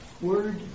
word